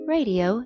Radio